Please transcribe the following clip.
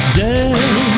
dead